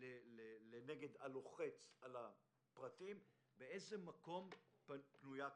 לנגד הלוחץ כל הפרטים, באיזה מקום פנויה כיתה.